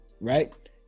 right